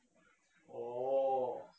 orh